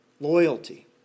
loyalty